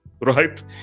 right